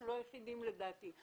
אנחנו לא היחידים לדעתי.